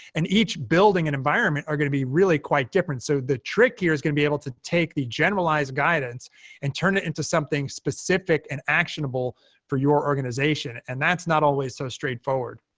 and each building and environment are going to be really quite different. so the trick here is going to be able to take the generalized guidance and turn it into something specific and actionable for your organization, and that's not always so straightforward.